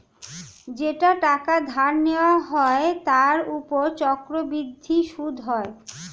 যেই টাকা ধার নেওয়া হয় তার উপর চক্রবৃদ্ধি সুদ হয়